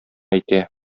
әйтә